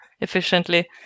efficiently